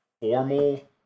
formal